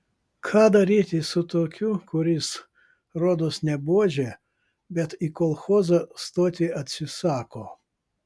ką daryti su tokiu kuris rodos ne buožė bet į kolchozą stoti atsisako